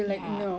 ya